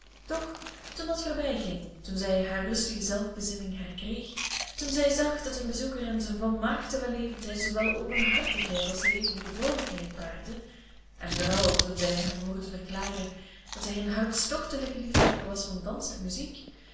doch toen dat voorbijging toen zij haar rustige zelfbezinning herkreeg toen zij zag dat hun bezoeker aan zijn volmaakte wellevendheid zoowel openhartigheid als levendige vroolijkheid paarde en vooral toen zij hem hoorde verklaren dat hij een hartstochtelijk liefhebber was van dansen en muziek